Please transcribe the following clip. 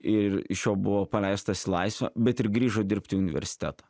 ir iš jo buvo paleistas į laisvę bet ir grįžo dirbt į universitetą